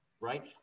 right